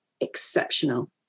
exceptional